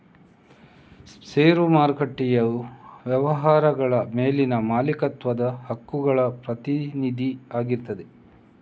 ಷೇರು ಮಾರುಕಟ್ಟೆಯು ವ್ಯವಹಾರಗಳ ಮೇಲಿನ ಮಾಲೀಕತ್ವದ ಹಕ್ಕುಗಳ ಪ್ರತಿನಿಧಿ ಆಗಿರ್ತದೆ